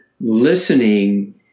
listening